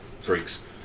freaks